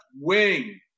wing